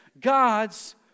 God's